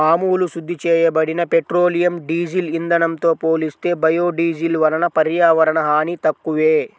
మామూలు శుద్ధి చేయబడిన పెట్రోలియం, డీజిల్ ఇంధనంతో పోలిస్తే బయోడీజిల్ వలన పర్యావరణ హాని తక్కువే